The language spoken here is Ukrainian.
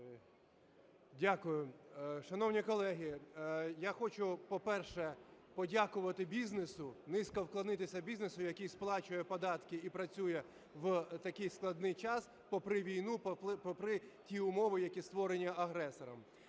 Дякую. Шановні колеги, я хочу, по-перше, подякувати бізнесу, низько вклонитися бізнесу, який сплачує податки і працює в такий складний час, попри війну, попри ті умови, які створені агресором.